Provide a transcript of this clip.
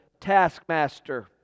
taskmaster